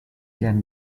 can